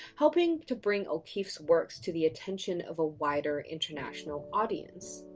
helping to bring o'keeffe's works to the attention of a wider, international audience.